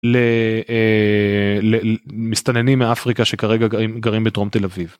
למסתננים מאפריקה שכרגע גרים בדרום תל אביב.